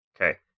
Okay